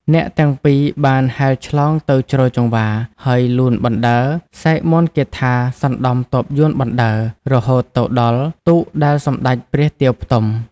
អ្នកទាំងពីរបានហែលឆ្លងទៅជ្រោយចង្វា ហើយលូនបណ្តើរ សែកមន្តគាថាសណ្តំទ័ពយួនបណ្តើរ រហូតទៅដល់ទូកដែលសម្តេចព្រះទាវផ្ទំ។